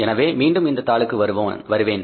எனவே மீண்டும் இந்த தாளுக்கு வருவேன்